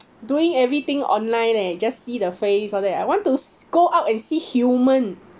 doing everything online leh just see the face all that I want to s~ go out and see human